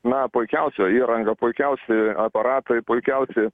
na puikiausia įranga puikiausi aparatai puikiausi